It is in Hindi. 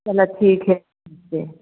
चलो ठीक है देखते